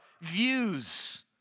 views